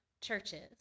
churches